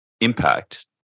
impact